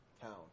Town